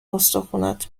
استخونات